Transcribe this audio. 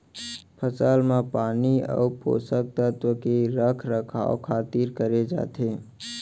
फसल म पानी अउ पोसक तत्व के रख रखाव खातिर करे जाथे